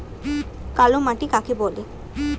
কালো মাটি কাকে বলে?